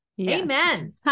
Amen